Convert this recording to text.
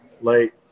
late